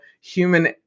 human